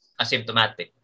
asymptomatic